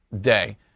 day